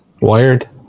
wired